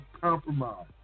compromise